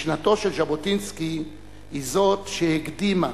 משנתו של ז'בוטינסקי היא זאת שהקדימה